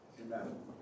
Amen